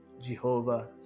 jehovah